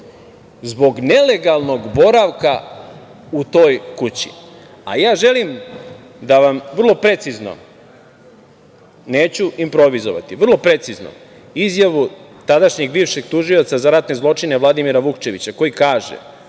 zbog nelegalnog boravka u toj kući. A ja želim da vam vrlo precizno, neću improvizovati, izjavu tadašnjeg bivšeg tužioca za ratne zločine Vladimira Vukčevića, koji kaže